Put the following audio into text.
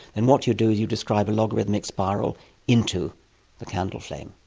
and what you do is you describe a logarithmic spiral into the candle flame.